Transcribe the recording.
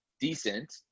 decent